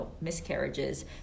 miscarriages